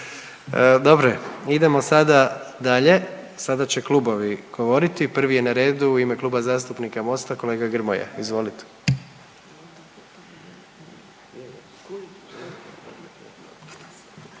Dobro je, idemo sada dalje. Sada će klubovi govoriti. Prvi je na redu u ime Kluba zastupnika MOST-a kolega Grmoja, izvolite.